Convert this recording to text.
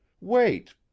wait